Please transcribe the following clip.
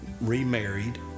remarried